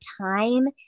time